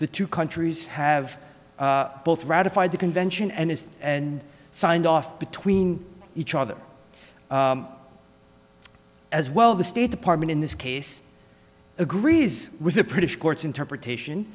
the two countries have both ratified the convention and is and signed off between each other as well the state department in this case agrees with the pritish court's interpretation